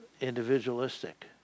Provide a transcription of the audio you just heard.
individualistic